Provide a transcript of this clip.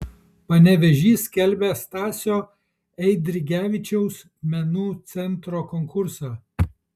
panevėžys skelbia stasio eidrigevičiaus menų centro konkursą